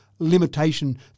Limitation